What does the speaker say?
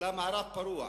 למערב פרוע,